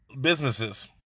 businesses